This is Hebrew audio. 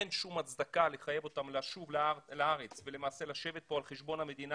אין שום הצדקה לחייב אותם לשוב לארץ ולמעשה לשבת פה על חשבון המדינה,